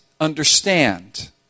understand